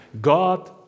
God